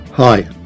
Hi